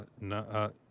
No